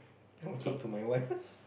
I will talk to my wife